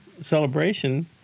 celebration